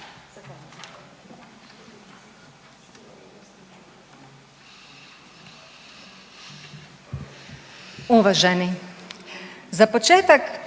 Uvaženi, za početak